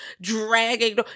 dragging